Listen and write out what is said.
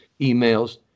emails